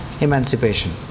emancipation